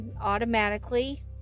automatically